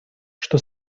что